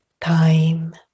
time